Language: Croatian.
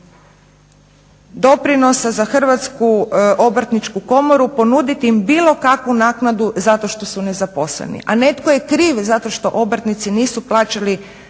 doprinosa za Hrvatsku obrtničku komoru ponuditi im bilo kakvu naknadu zato što su nezaposleni. A netko je kriv zato što obrtnici nisu plaćali